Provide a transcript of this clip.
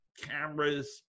cameras